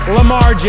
Lamar